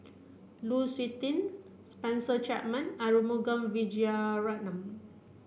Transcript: Lu Suitin Spencer Chapman Arumugam Vijiaratnam